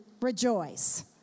rejoice